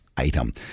item